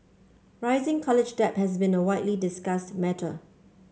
rising college debt has been a widely discussed matter